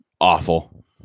Awful